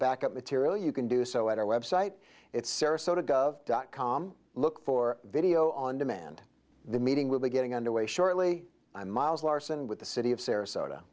backup material you can do so at our website it's sarasota gov dot com look for video on demand the meeting will be getting underway shortly i'm miles larson with the city of sarasota